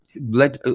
Let